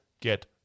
get